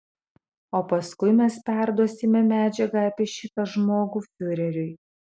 o paskui mes perduosime medžiagą apie šitą žmogų fiureriui